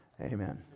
Amen